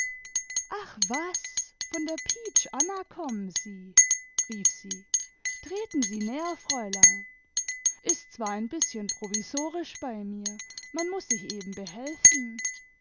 ach wasi von der pietsch anna kommen sie rief sie treten sie näher fräulein ist zwar ein bißchen provisorisch bei mir man muß sich eben behelfen